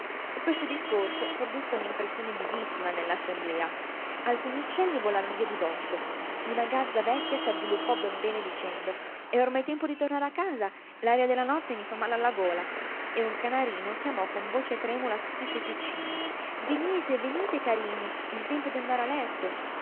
questo discorso produsse un impressione vivissima nell'assemblea alcuni uccelli volarono via di botto una gazza vecchia si avviluppò ben bene dicendo è ormai tempo di tornare a casa l'aria della notte mi fa male alla gola e un canarino chiamò con voce tremula tutt'i suoi piccini venite venite carini gli è tempo di andare a letto